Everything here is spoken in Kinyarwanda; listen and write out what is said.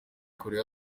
korea